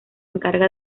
encarga